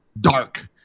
dark